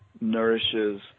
nourishes